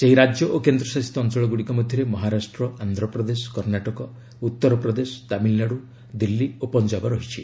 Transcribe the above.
ସେହି ରାଜ୍ୟ ଓ କେନ୍ଦଶାସିତ ଅଞ୍ଚଳଗୁଡ଼ିକ ମଧ୍ୟରେ ମହାରାଷ୍ଟ୍ର ଆନ୍ଧ୍ରପ୍ରଦେଶ କର୍ଣ୍ଣାଟକ ଉତ୍ତରପ୍ରଦେଶ ତାମିଲନାଡୁ ଦିଲ୍ଲୀ ଓ ପଞ୍ଜାବ ରହିଛି